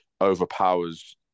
overpowers